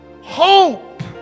Hope